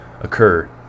occur